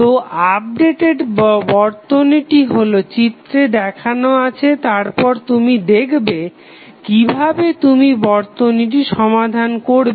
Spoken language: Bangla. তো আপডেটেড বর্তনীটি হলো চিত্রে দেখানো আছে তারপর তুমি দেখবে কিভাবে তুমি বর্তনীটি সমাধান করবে